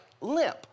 limp